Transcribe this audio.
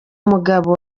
mugabo